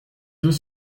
deux